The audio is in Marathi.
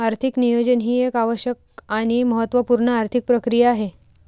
आर्थिक नियोजन ही एक आवश्यक आणि महत्त्व पूर्ण आर्थिक प्रक्रिया आहे